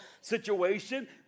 situation